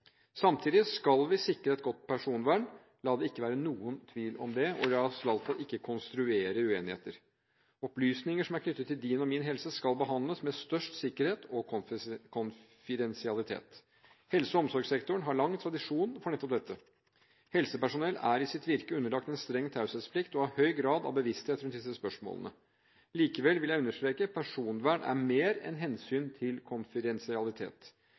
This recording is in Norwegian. Samtidig skal vi sikre et godt personvern – la det ikke være noen tvil om det. La oss i alle fall ikke konstruere uenigheter. Opplysninger som er knyttet til din og min helse, skal behandles med største sikkerhet og konfidensialitet. Helse- og omsorgssektoren har lang tradisjon for nettopp dette. Helsepersonell er i sitt virke underlagt en streng taushetsplikt og har en høy grad av bevissthet rundt disse spørsmålene. Likevel vil jeg understreke at personvern er mer enn hensynet til